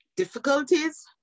difficulties